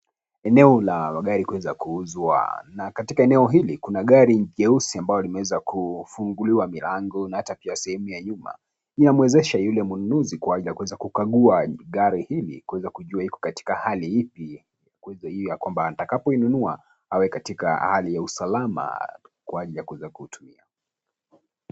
Eneo la magari kuweza kuuzwa na katika eneo hili, kuna gari jeuzi ambalo limeweza kufunguliwa milango na hata katika sehemu ya nyuma, Inamwezesha mnunuzi kuweza kukagua gari hili kuweza kujua iko katika hali ipi, kuwezajua ambapo atakapoinunua awe katika hali ya usalama kwa ajili ya kuweza kuitumia.